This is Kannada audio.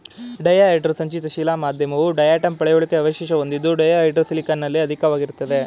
ಡಯಾಹೈಡ್ರೋ ಸಂಚಿತ ಶಿಲಾ ಮಾಧ್ಯಮವು ಡಯಾಟಂ ಪಳೆಯುಳಿಕೆ ಅವಶೇಷ ಹೊಂದಿದ್ದು ಡಯಾಹೈಡ್ರೋ ಸಿಲಿಕಾನಲ್ಲಿ ಅಧಿಕವಾಗಿರ್ತದೆ